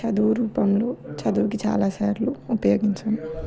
చదువు రూపంలో చదువుకి చాలా సర్లు ఉపయోగించాను